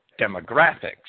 Demographics